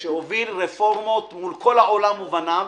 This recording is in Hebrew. שהוביל רפורמות מול כל העולם ובניו